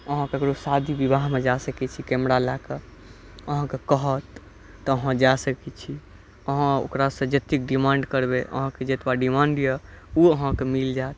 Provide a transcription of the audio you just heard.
आहाँ ककरो शादी विवाहमे जाय सकै छी कैमरा लए कऽ आहाँके कहत तऽ आहाँ जाय सकै छी आहाँ ओकरासँ जतेक डिमांड करबै आहाँ के जतबा डिमांड यऽ ओ आहाँके मिल जायत